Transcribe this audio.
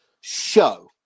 show